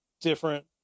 different